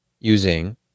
using